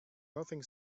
nothing